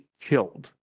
killed